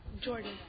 Jordan